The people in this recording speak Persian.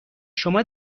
شما